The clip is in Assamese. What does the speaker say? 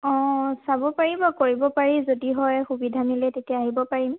অঁ চাব পাৰিব কৰিব পাৰি যদি হয় সুবিধা মিলে তেতিয়া আহিব পাৰিম